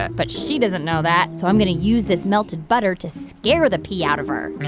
but she doesn't know that. so i'm going to use this melted butter to scare the pee out of her.